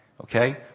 Okay